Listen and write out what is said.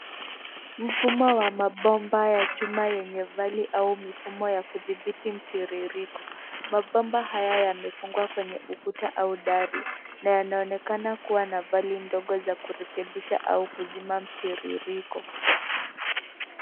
Mfumo wa mabomba ya chuma yenye vali au mifumo ya kudhibiti mtiririko. Mabomba haya yamefungwa kwenye ukuta au dari na yanaonekana kuwa na vali ndogo za kurekebisha au kupima mtiririko.